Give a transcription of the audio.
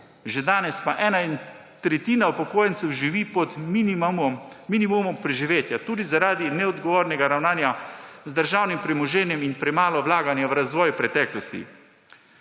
Že danes pa tretjina upokojencev živi pod minimumom preživetja, tudi zaradi neodgovornega ravnanja z državnim premoženjem in premalo vlaganja v razvoj v preteklosti.